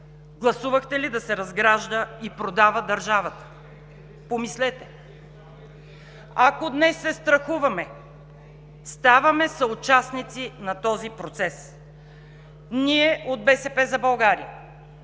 Гласувахте ли да се разгражда и продава държавата? (Реплики.) Помислете! Ако днес се страхуваме, ставаме съучастници на този процес. Ние от „БСП за България“